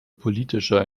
politischer